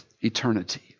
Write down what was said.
eternity